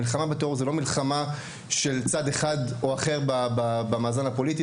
המלחמה בטרור היא לא מלחמה של צד אחד במאזן הפוליטי,